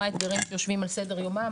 מה האתגרים שיושבים על סדר יומה,